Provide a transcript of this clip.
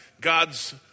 God's